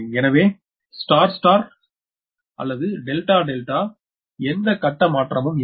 எனவே நட்சத்திர நட்சத்திரம் அல்லது டெல்டா டெல்டா வலதுபுறம் எந்த கட்ட மாற்றமும் இல்லை